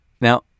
Now